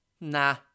nah